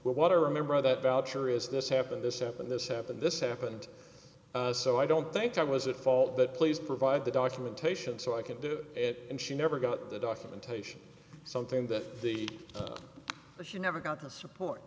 well what i remember that boucher is this happened this happened this happened this happened so i don't think i was at fault that please provide the documentation so i can do it and she never got the documentation something that he or she never got the support